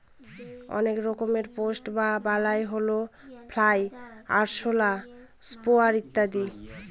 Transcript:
অনেক রকমের পেস্ট বা বালাই হল ফ্লাই, আরশলা, ওয়াস্প ইত্যাদি